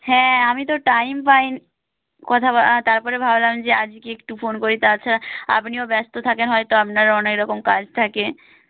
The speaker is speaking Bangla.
হ্যাঁ আমি তো টাইম পাই কথা বলা আর তারপরে ভাবলাম যে আজকে একটু ফোন করি তাছাড়া আপনিও ব্যস্ত থাকেন হয়তো আপনারও অনেক রকম কাজ থাকে